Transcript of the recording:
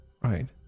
Right